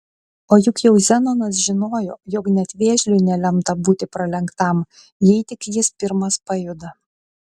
o juk jau zenonas žinojo jog net vėžliui nelemta būti pralenktam jei tik jis pirmas pajuda